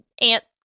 Aunt